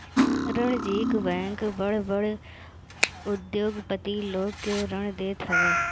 वाणिज्यिक बैंक बड़ बड़ उद्योगपति लोग के ऋण देत हवे